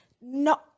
no